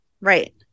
Right